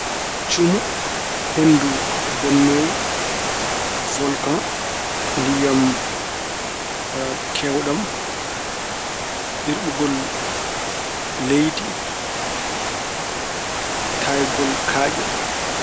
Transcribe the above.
Cumu, henndu bonnoowu, wolka, ndiyam keewɗam, yerɓugol leydi, taygol kaaƴe.